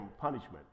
punishment